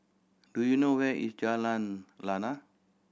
do you know where is Jalan Lana